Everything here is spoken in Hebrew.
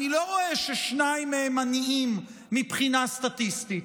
אני לא רואה ששניים מהם עניים מבחינה סטטיסטית.